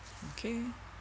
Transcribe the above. okay